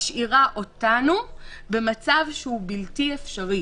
משאירה אותנו במצב שהוא בלתי אפשרי,